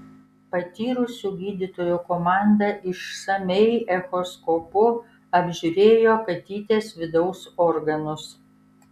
patyrusių gydytojų komanda išsamiai echoskopu apžiūrėjo katytės vidaus organus